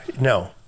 no